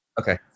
Okay